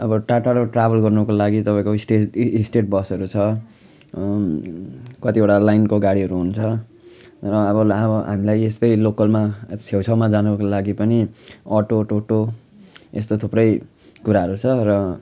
अब टा टाढो ट्राभेल गर्नुको लागि तपाईँको स्टेट ए स्टेट बसहरू छ कतिवटा लाइनको गाडीहरू हुन्छ र अब ला अब हामीलाई यस्तै लोकलमा छेउछाउमा जानुको लागि पनि अटो टोटो यस्तो थुप्रै कुराहरू छ र